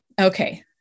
Okay